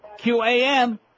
QAM